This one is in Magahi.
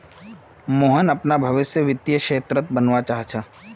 मोहन अपनार भवीस वित्तीय क्षेत्रत बनवा चाह छ